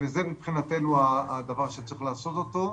זה מבחינתנו הדבר שצריך לעשות אותו.